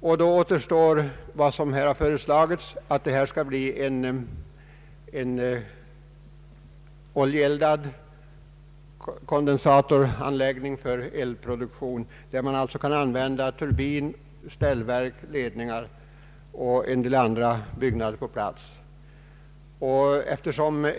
Då återstår vad som här föreslagits, nämligen att det skall bli en oljeeldad kondensatoranläggning för elproduktion, varvid man kan använda turbin, ställverk, ledningar och en del byggnader på platsen.